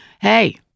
hey